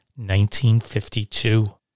1952